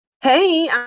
hey